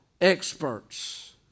experts